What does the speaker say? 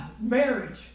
Marriage